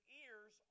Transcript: ears